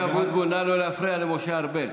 משה אבוטבול, נא לא להפריע למשה ארבל.